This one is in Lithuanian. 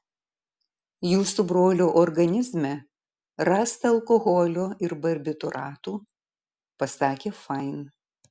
jūsų brolio organizme rasta alkoholio ir barbitūratų pasakė fain